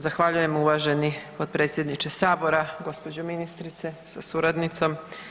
Zahvaljujem uvaženi potpredsjedniče sabora, gđo. ministrice sa suradnicom.